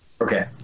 Okay